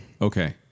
Okay